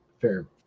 fair